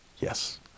Yes